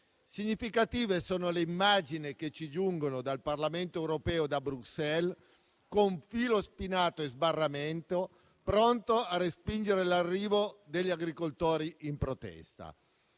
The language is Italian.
Significative sono le immagini che ci giungono dal Parlamento europeo a Bruxelles, con filo spinato di sbarramento pronto a respingere l'arrivo degli agricoltori in protesta.